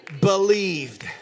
believed